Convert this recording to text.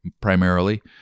primarily